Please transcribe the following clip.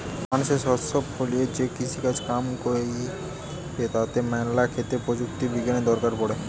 মানুষ শস্য ফলিয়ে যে কৃষিকাজ কাম কইরে তাতে ম্যালা ক্ষেত্রে প্রযুক্তি বিজ্ঞানের দরকার পড়ে